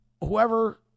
whoever